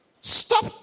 Stop